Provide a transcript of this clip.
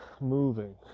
moving